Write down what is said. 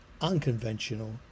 unconventional